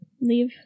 Leave